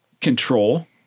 Control